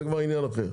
זה כבר עניין אחר.